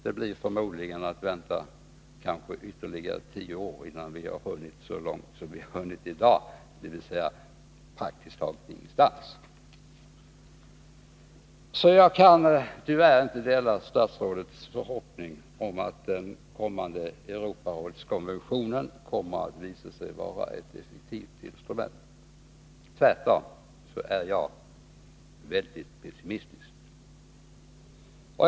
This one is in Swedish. Det blir förmodligen så att vi får vänta ytterligare tio år, innan vi har hunnit så långt som vi är i dag, dvs. praktiskt taget ingenstans. Jag kan alltså tyvärr inte dela statsrådets förhoppning om att den kommande Europarådskonventionen kommer att visa sig vara ett effektivt instrument. Tvärtom är jag väldigt pessimistisk.